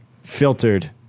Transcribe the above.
Filtered